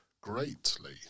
greatly